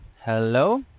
Hello